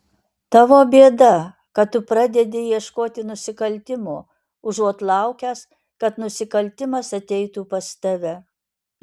tavo bėda kad tu pradedi ieškoti nusikaltimo užuot laukęs kad nusikaltimas ateitų pas tave